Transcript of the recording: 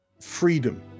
Freedom